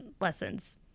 lessons